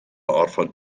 orfod